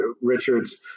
Richards